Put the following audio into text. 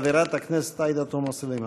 חברת הכנסת עאידה תומא סלימאן.